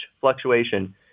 fluctuation